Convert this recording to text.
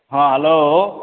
हाँ हेलो